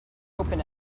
open